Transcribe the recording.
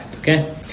Okay